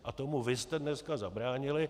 A tomu vy jste dneska zabránili.